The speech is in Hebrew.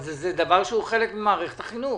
זה דבר שהוא חלק ממערכת החינוך.